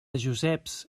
joseps